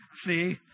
See